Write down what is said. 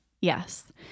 Yes